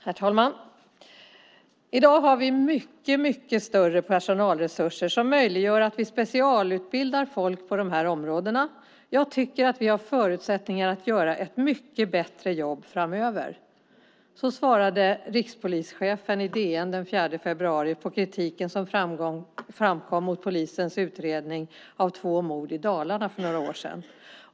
Herr talman! "I dag har vi mycket, mycket större personalresurser som möjliggör att vi specialutbildar folk på de här områdena. Jag tycker att vi har förutsättningar att göra ett mycket bättre jobb framöver." Så svarade rikspolischefen i DN den 4 februari på kritiken som framkom mot polisens utredning av två mord i Dalarna för några år sedan.